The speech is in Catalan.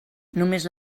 només